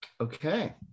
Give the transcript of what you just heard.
Okay